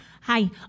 Hi